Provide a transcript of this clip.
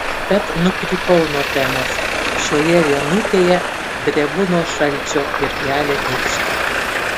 bet nukrypau nuo temos šioje vienutėje drebu nuo šalčio ir gelia nykštį